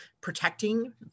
protecting